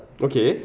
okay